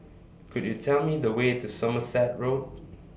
Could YOU Tell Me The Way to Somerset Road